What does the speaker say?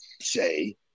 say